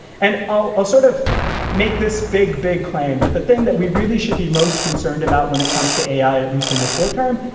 and i'll ah sort of make this big, big claim. that the thing that we really should be most concerned about when it comes to ai, at least in the short term,